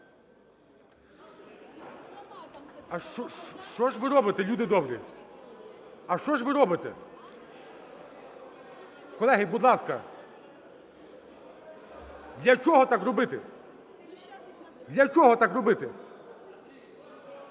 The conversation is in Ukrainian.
А що ж ви робите, люди добрі? А що ж ви робите? Колеги, будь ласка, для чого так робити, для чого так робити?